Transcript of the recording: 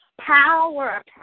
power